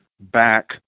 back